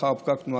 לאחר פקק תנועה,